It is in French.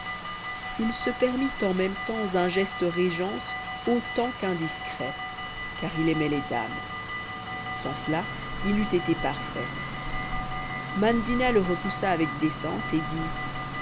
il se permit en même temps un geste régence autant qu'indiscret car il aimait les dames sans cela il eut été parfait mandina le repoussa avec décence et dit